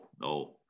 no